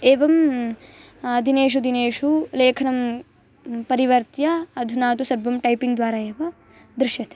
एवं दिनेषु दिनेषु लेखनं परिवर्त्य अधुना तु सर्वं टैपिङ्ग्द्वारा एव दृश्यते